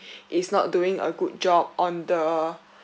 is not doing a good job on the